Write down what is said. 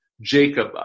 Jacob